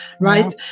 right